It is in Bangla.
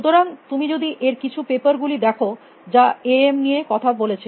সুতরাং তুমি যদি এর কিছু পেপার গুলি দেখো যা এ এম নিয়ে কথা বলেছে